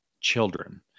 children